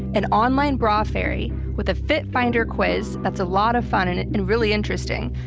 an online bra fairy with a fit finder quiz that's a lot of fun and and and really interesting,